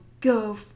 go